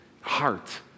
heart